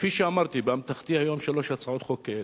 כפי שאמרתי, באמתחתי היום שלוש הצעות חוק כאלה.